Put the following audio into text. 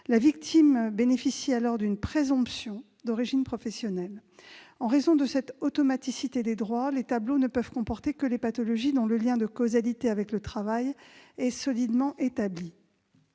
La victime bénéficie alors d'une présomption d'origine professionnelle. En raison de cette automaticité des droits, les tableaux ne peuvent comporter que les pathologies dont le lien de causalité avec le travail est solidement établi.